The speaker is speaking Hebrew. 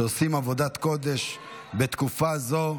שעושה עבודת קודש בתקופה זו.